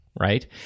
right